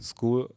School